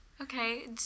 Okay